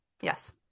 Yes